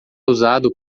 usado